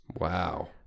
Wow